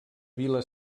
vila